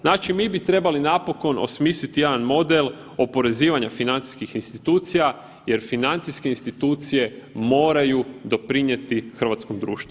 Znači, mi bi trebali napokon osmisliti jedan model oporezivanja financijskih institucija jer financijske institucije moraju doprinijeti hrvatskom društvu.